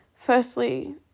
Firstly